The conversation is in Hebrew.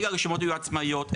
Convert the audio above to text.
אלה רשימות יהיו עצמאיות.